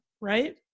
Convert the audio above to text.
right